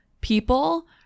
people